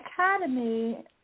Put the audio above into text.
academy